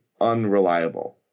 unreliable